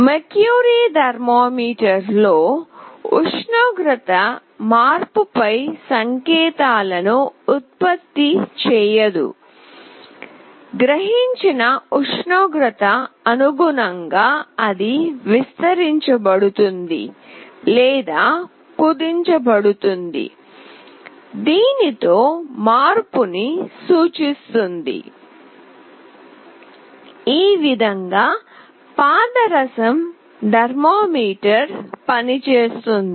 పాదరసం థర్మామీటర్ లో ఉష్ణోగ్రత మార్పుపై సంకేతాలను ఉత్పత్తి చేయదు గ్రహించిన ఉష్ణోగ్రత అనుగుణంగా అది విస్తరించబడుతుంది లేదా కుదించబడుతుంది దీనితో మార్పుని సూచిస్తుంది ఈ విధంగా పాదరసం థర్మామీటర్ పనిచేస్తుంది